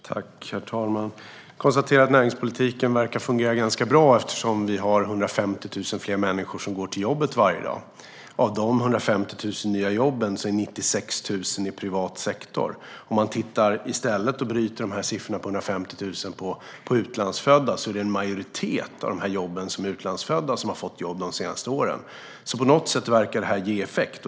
Herr talman! Jag konstaterar att näringspolitiken verkar fungera ganska bra, eftersom vi har 150 000 fler människor som går till jobbet varje dag. Av de 150 000 nya jobben är 96 000 i privat sektor. Om man tittar på hur det är för utlandsfödda när det gäller de här 150 000 jobben ser man att en majoritet av jobben har gått till utlandsfödda de senaste åren. På något sätt verkar det här alltså ge effekt.